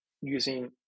using